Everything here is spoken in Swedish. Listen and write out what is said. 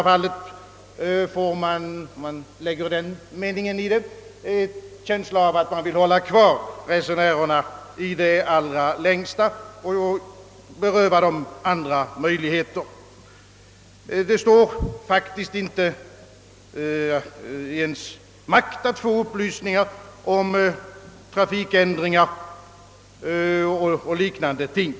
Man får nästan en känsla av att flygpersonalen vill hålla resenärerna kvar i det allra längsta och beröva dem andra resemöjligheter. Det står faktiskt inte i ens makt att få upplysningar om trafikändringar och liknande ting.